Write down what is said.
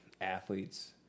athletes